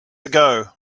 ago